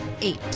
Eight